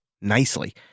nicely